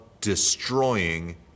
destroying